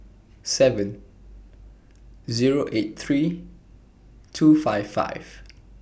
seven Zero eight three two five five